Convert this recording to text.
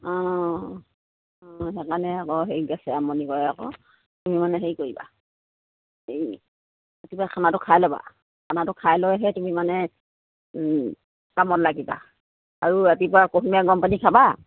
অঁ অঁ সেইকাৰণে আকৌ হেৰি গেছে আমনি কৰে আকৌ তুমি মানে হেৰি কৰিবা এই ৰাতিপুৱা খানাটো খাই ল'বা খানাটো খাই লৈহে তুমি মানে কামত লাগিবা আৰু ৰাতিপুৱা কুহুমীয়া গৰম পানী খাবা